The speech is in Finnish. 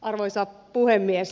arvoisa puhemies